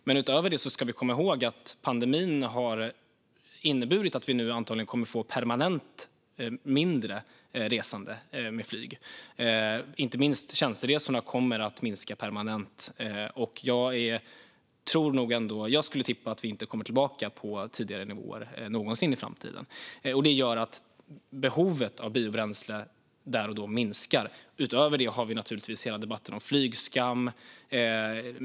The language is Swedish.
Men utöver detta ska vi komma ihåg att pandemin har inneburit att vi nu antagligen kommer att få permanent mindre resande med flyg. Inte minst tjänsteresorna kommer att minska permanent, och jag skulle tippa att vi inte kommer tillbaka till tidigare nivåer någonsin i framtiden. Det gör att behovet av biobränsle där och då minskar. Utöver detta finns naturligtvis hela debatten om flygskam.